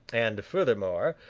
and, furthermore,